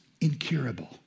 incurable